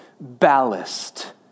ballast